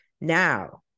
Now